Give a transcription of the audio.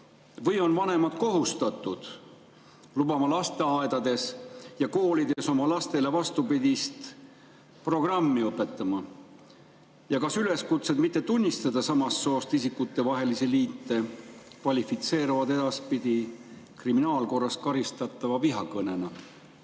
või on vanemad kohustatud lubama lasteaedades ja koolides oma lastele vastupidist programmi õpetada? Ja kas üleskutsed mitte tunnistada samast soost isikute vahelisi liite kvalifitseeruvad edaspidi kriminaalkorras karistatava vihakõnena?